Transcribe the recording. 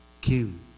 Kim